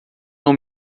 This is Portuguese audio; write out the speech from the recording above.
não